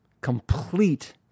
complete